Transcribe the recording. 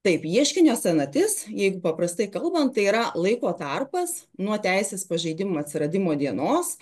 taip ieškinio senatis jeigu paprastai kalbant tai yra laiko tarpas nuo teisės pažeidimų atsiradimo dienos